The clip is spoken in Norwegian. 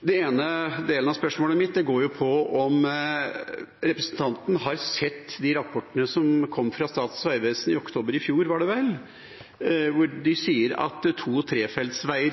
Den ene delen av spørsmålet mitt går på om representanten har sett de rapportene som kom fra Statens vegvesen i oktober i fjor, var det vel, hvor de sier at to- og trefeltsveier med